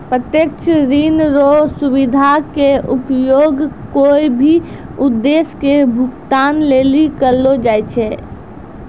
प्रत्यक्ष ऋण रो सुविधा के उपयोग कोय भी उद्देश्य के भुगतान लेली करलो जाय छै